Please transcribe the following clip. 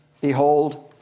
behold